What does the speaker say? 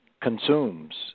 consumes